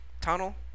tunnel